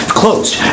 closed